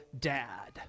Dad